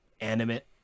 animate